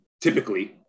typically